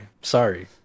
Sorry